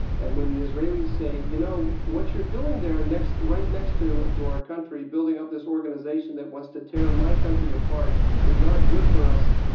and when the israelis say, you know, what you're doing there next right next to to our country building up this organization that wants to tear my country apart is not good for us.